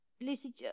Lucy